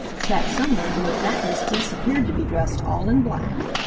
sat some one who at that distance appeared to be dressed all in black.